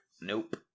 Nope